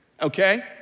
okay